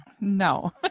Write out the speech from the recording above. no